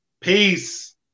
Peace